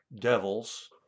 devils